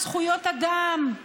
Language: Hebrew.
על זכויות אדם,